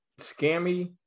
scammy